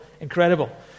Incredible